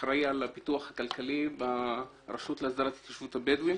אחראי על הפיתוח הכלכלי ברשות להסדרת התיישבות הבדואים,